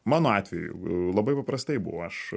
mano atveju labai paprastai buvo aš